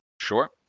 Sure